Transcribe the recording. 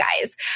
guys